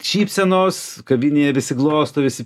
šypsenos kavinėje visi glosto visi